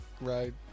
Right